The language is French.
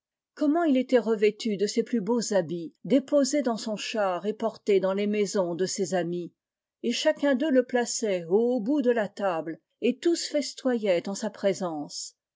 comment il était revêtu de ses plus beaux habits déposé dans son char et porté dans les maisons de ses amis et chacun d'eux le plaçait au haut bout de la table et tous festoyaient en sa présence